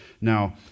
Now